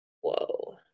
Whoa